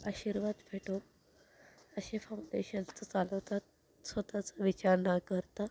आशीर्वाद भेटो असे फाऊंडेशन्स चालवतात स्वत चा विचार न करता